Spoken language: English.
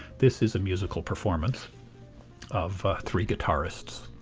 this is a musical performance of three guitarists,